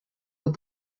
with